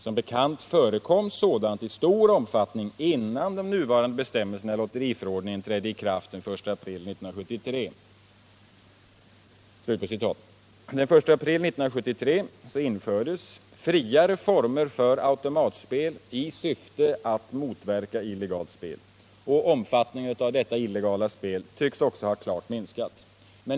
Som bekant förekom sådant i stor omfattning innan de nuvarande bestämmelserna i lotteriförordningen trädde i kraft den 1 april 1973.” Den 1 april 1973 infördes friare former för automatspel i syfte att motverka illegalt spel. Omfattningen av det illegala spelet tycks också ha klart minskat.